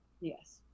Yes